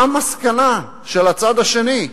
מה המסקנה של הצד השני?